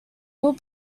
will